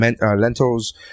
lentils